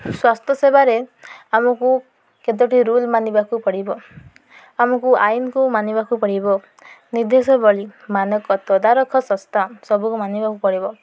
ସ୍ୱାସ୍ଥ୍ୟ ସେବାରେ ଆମକୁ କେତୋଟି ରୁଲ୍ ମାନିବାକୁ ପଡ଼ିବ ଆମକୁ ଆଇନକୁ ମାନିବାକୁ ପଡ଼ିବ ନିର୍ଦ୍ଦେଶାବଳୀ ମାନକ ତଦାରଖ ସଂସ୍ଥା ସବୁକୁ ମାନିବାକୁ ପଡ଼ିବ